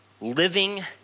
living